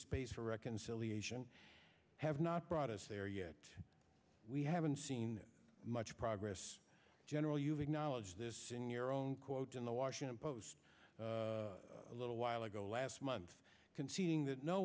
space for reconciliation have not brought us there yet we haven't seen much progress general you've acknowledged this in your own quote in the washington post a little while ago last month conceding that no